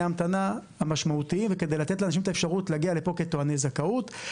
ההמתנה המשמעותיים וכדי לתת לאנשים אפשרות להגיע לפה כטועני זכאות.